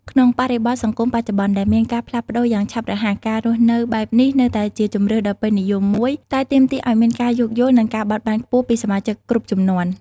ក្នុងបរិបទសង្គមបច្ចុប្បន្ន ដែលមានការផ្លាស់ប្តូរយ៉ាងឆាប់រហ័ស ការរស់នៅបែបនេះនៅតែជាជម្រើសដ៏ពេញនិយមមួយ តែទាមទារឲ្យមានការយោគយល់ និងការបត់បែនខ្ពស់ពីសមាជិកគ្រប់ជំនាន់។